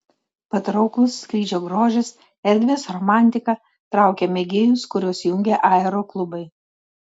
patrauklus skrydžio grožis erdvės romantika traukia mėgėjus kuriuos jungia aeroklubai